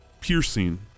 piercing